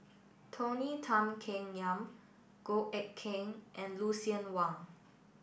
Tony Tan Keng Yam Goh Eck Kheng and Lucien Wang